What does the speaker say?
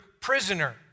prisoner